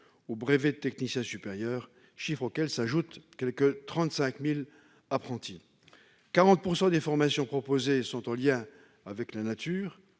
au brevet de technicien supérieur, chiffre auquel s'ajoutent quelque 35 000 apprentis. Quelque 40 % des formations proposées sont en lien avec la nature-